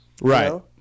Right